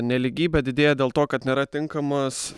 nelygybė didėja dėl to kad nėra tinkamas